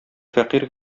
фәкыйрь